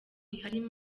ihari